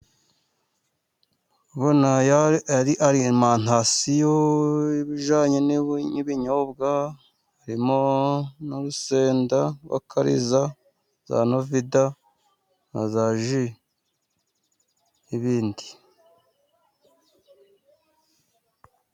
Bonayari ni arimantasiyo yibijyanye n'ibinyobwa harimo n'urusenda rw'akariza za novida na za ji n'ibindi.